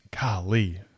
Golly